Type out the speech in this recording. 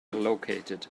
located